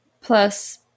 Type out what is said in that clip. plus